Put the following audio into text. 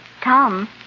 Tom